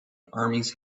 armies